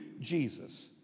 Jesus